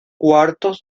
cuartos